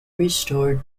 restored